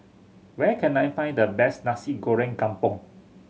where can I find the best Nasi Goreng Kampung